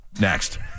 Next